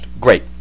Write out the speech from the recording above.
great